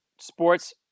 sports